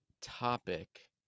topic